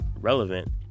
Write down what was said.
relevant